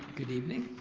good evening.